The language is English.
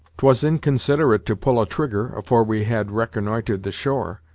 twas inconsiderate to pull a trigger, afore we had reconn'itred the shore,